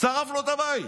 שרף לו את הבית.